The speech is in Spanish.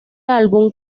álbum